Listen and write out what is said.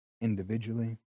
individually